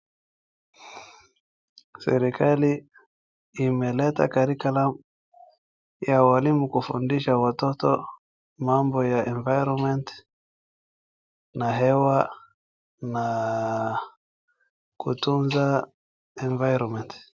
Serikali imeleta curriculum ya walimu kufundisha watoto mambo ya environment na hewa na kutunza environment .